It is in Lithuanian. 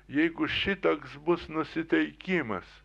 jeigu šitoks bus nusiteikimas